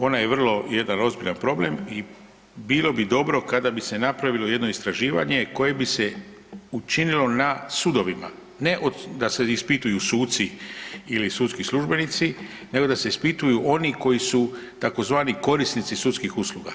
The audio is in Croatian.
Ona je vrlo jedan ozbiljan problem i bilo bi dobro kada bi se napravilo jedno istraživanje koje bi se učinilo na sudovima, ne da se ispituju suci ili sudski službenici, nego da se ispituju oni koji su tzv. korisnici sudskih usluga.